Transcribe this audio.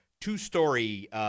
two-story